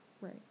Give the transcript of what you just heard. Right